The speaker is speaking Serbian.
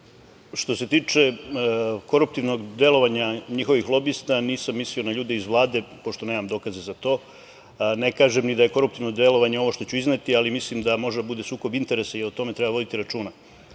Što se tiče koruptivnog delovanja njihovih lobista, nisam mislio na ljude iz Vlade, pošto nemam dokaze za to. Ne kažem ni da je koruptivno delovanje ovo što ću izneti, ali mislim da može da bude sukob interesa i o tome treba voditi računa